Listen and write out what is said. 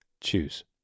choose